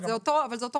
זה אותו חוק.